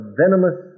venomous